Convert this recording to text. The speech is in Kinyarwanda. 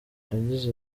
yagize